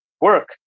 work